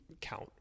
count